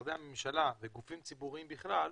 ומשרדי הממשלה וגופים ציבוריים בכלל,